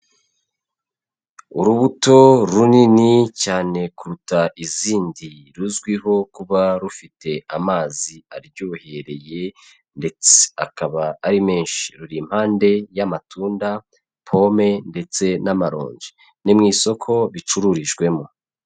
Urubuto runini cyane kuruta izindi ruzwiho kuba rufite amazi aryohereye ndetse akaba ari menshi, ruri impande y'amatunda, pome ndetse n'amaronji, ni mu isoko bicururijwemo.